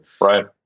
Right